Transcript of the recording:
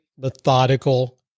methodical